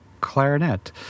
clarinet